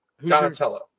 Donatello